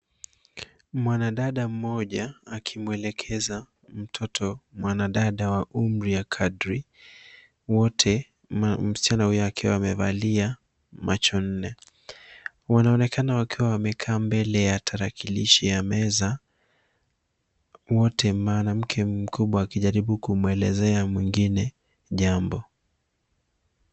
Mwanadada mmoja akimwelekeza mtoto mwanadada wa umri wa kadri. Wote msichana huyo akiwa amevalia macho nne. Wanaonekana wakiwa wamekaa mbele ya tarakilishi ya meza wote mwanamke mkubwa akijaribu kumwelezea mwengine jambo.